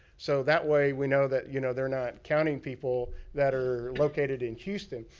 so, that way, we know that you know they're not counting people that are located in houston.